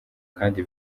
kandi